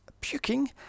puking